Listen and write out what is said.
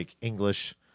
English